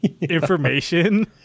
information